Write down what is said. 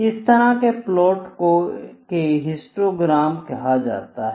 इस तरह के प्लॉट को हिस्टोग्राम कहा जाएगा